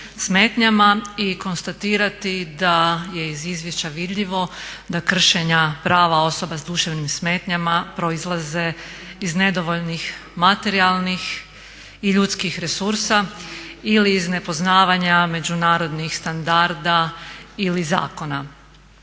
i konstatirati da je iz izvješća vidljivo da kršenja prava osoba sa duševnim smetnjama proizlaze iz nedovoljnih materijalnih i ljudskih resursa ili iz nepoznavanja međunarodnih standarda ili zakona.